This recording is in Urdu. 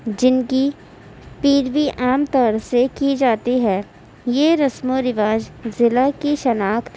جن کی پیروی عام طور سے کی جاتی ہے یہ رسم و رواج ضلع کی شناخت